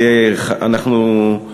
ואנחנו, כאמור,